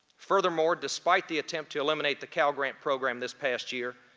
furthermore, despite the attempt to eliminate the cal grant program this past year,